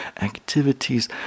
activities